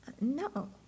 No